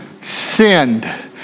sinned